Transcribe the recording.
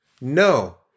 No